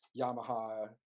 Yamaha